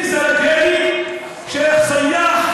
ממשלה, אדוני היושב-ראש, לא להפריע.